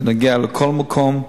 זה נוגע לכל מקום,